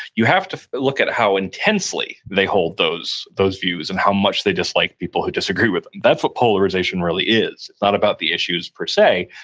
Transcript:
you have to look at how intensely they hold those those views and how much they dislike people who disagree with them. that's what polarization really is. it's not about the issues per se,